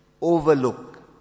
overlook